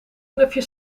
snuifje